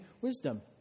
wisdom